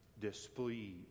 displeased